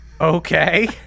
Okay